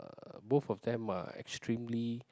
uh both of them are extremely